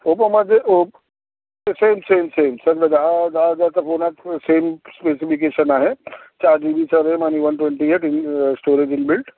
ओपोमध्ये ओख same same same सर्वे दहा दहा हजाराचा फोन आहे तर सेम स्पेसिफिकेशन आहे चार जी बीचा रेम आणि one twenty eight in storage inbuilt